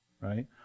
Right